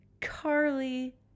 Carly